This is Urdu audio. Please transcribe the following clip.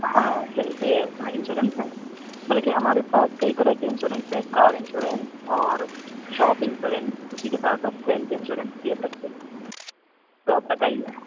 ہاں یہی پہ انشورنس ہیں بلکہ ہمارے پاس کئی طرح کے انشورنس ہیں کار انشورنس اور شاپ انشورنس اسی کے ساتھ ساتھ ہیلتھ انشورنس بھی ہم رکھتے ہیں تو آپ بتائیے